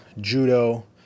judo